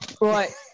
Right